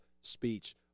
speech